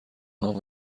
نام